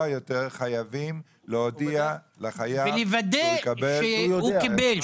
יותר חייבים להודיע לחייב -- ולוודא שהוא קיבל,